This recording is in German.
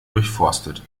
durchforstet